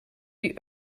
die